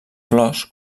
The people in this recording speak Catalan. flors